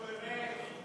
אוי, נו, באמת,